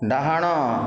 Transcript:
ଡାହାଣ